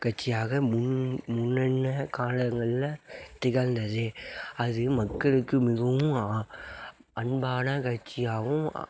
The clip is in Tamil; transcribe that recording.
கட்சியாக முன் முன்னென காலங்களில் திகழ்ந்தது அது மக்களுக்கு மிகவும் அன்பான கட்சியாகவும்